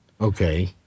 okay